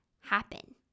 happen